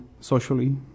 socially